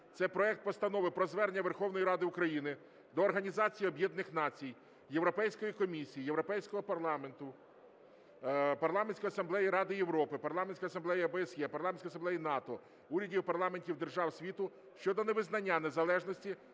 Це проект Постанови про Звернення Верховної Ради України до Організації Об’єднаних Націй, Європейської Комісії, Європейського Парламенту, Парламентської Асамблеї Ради Європи, Парламентської Асамблеї ОБСЄ, Парламентської Асамблеї НАТО, урядів і парламентів держав світу щодо невизнання незалежності